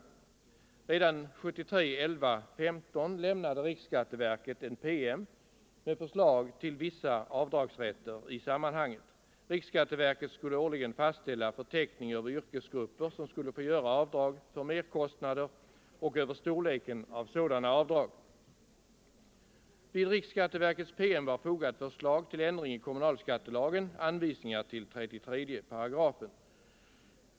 29 Redan den 15 november 1973 lämnade riksskatteverket en PM med förslag till vissa avdragsrätter i sammanhanget. Riksskatteverket skulle årligen fastställa förteckning över yrkesgrupper som skulle få göra avdrag för merkostnader och över storleken av sådana avdrag. Vid riksskatteverkets PM var fogat förslag till ändring i kommunalskattelagen, anvisningar till 33 8.